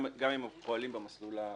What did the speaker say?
גם אם הם פועלים במסלול המשפטי.